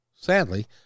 Sadly